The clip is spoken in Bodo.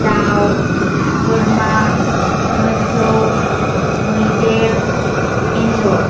दाउ बोरमा मोसौ मैदेर एन्ज'र